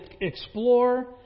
explore